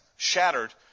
Shattered